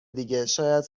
دیگه، شاید